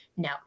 No